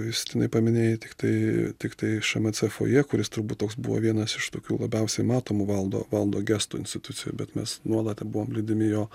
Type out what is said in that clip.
justinai paminėjai tiktai tiktai šmc foje kuris turbūt toks buvo vienas iš tokių labiausiai matomų valdo valdo gestų institucijoj bet mes nuolat buvom lydimi jo